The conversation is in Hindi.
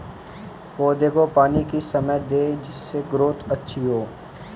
पौधे को पानी किस समय दें जिससे ग्रोथ अच्छी हो?